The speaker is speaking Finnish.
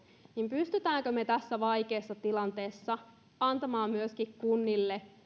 niin pystymmekö me tässä vaikeassa tilanteessa antamaan myöskin kunnille